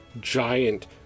giant